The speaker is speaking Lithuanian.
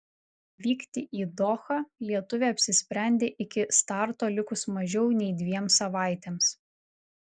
vykti į dohą lietuvė apsisprendė iki starto likus mažiau nei dviem savaitėms